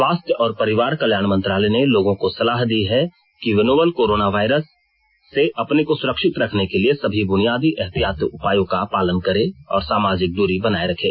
स्वास्थ्य और परिवार कल्याण मंत्रालय ने लोगों को सलाह दी है कि वे नोवल कोरोना वायरस से अपने को सुरक्षित रखने के लिए सभी बुनियादी एहतियाती उपायों का पालन करें और सामाजिक दूरी बनाए रखें